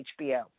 HBO